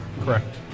Correct